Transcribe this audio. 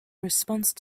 response